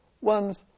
one's